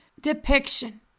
depiction